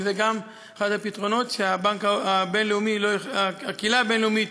זה גם אחד הפתרונות שהקהילה הבין-לאומית